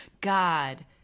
God